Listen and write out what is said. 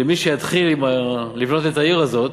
שמי שיתחיל לבנות את העיר הזאת,